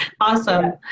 Awesome